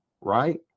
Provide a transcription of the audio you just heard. right